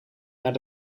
naar